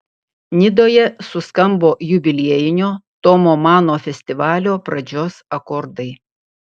nidoje suskambo jubiliejinio tomo mano festivalio pradžios akordai